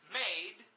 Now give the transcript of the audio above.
made